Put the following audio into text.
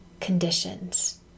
conditions